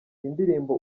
indirimbo